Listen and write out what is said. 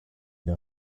der